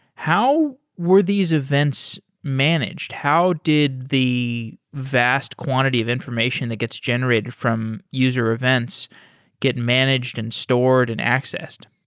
how were these events managed? how did the vast quantity of information that gets generated from user events get managed and stored and accessed?